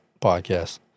podcast